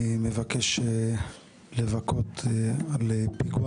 בפתח דבריי אני מבקש לבכות על פיגוע